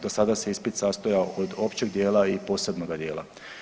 Do sada se ispit sastojao od općeg dijela i od posebnoga dijela.